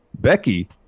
Becky